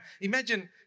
imagine